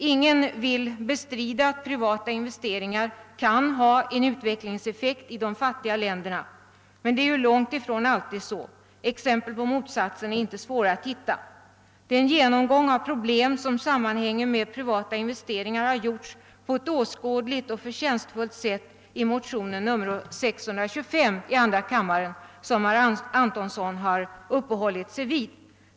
Ingen vill bestrida att privata investeringar kan ha en utvecklingseffekt i de fattiga länderna, men det är långt ifrån alltid så — exempel på motsatsen är inte svåra att hitta. En genomgång av problem som sammanhänger med privata investeringar har gjorts på ett åskådligt och förtjänstfullt sätt i motion 625 i andra kammaren, som herr Antonsson har uppehållit sig vid.